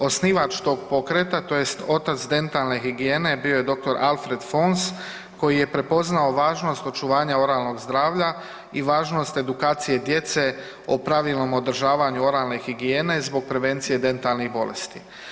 Osnivač tog pokreta tj. otac dentalne higijene bio je dr. Alfred Fons koji je prepoznao važnost očuvanja oralnog zdravlja i važnost edukacije djece o pravilnom održavanju oralne higijene zbog prevencije dentalnih bolesti.